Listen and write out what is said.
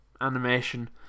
animation